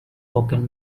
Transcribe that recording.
cocaine